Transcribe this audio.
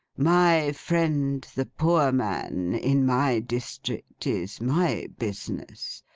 my friend the poor man, in my district, is my business.